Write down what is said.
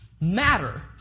matter